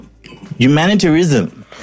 humanitarianism